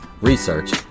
research